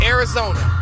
Arizona